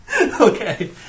Okay